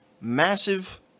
massive